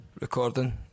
Recording